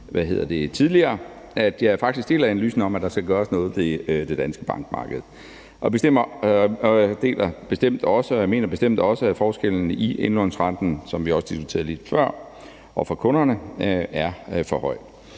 et samråd tidligere, at jeg faktisk deler analysen om, at der skal gøres noget ved det danske bankmarked, og at jeg bestemt også mener, at forskellene i indlånsrenten, som vi også har diskuteret det lidt før, for kunderne er for høj.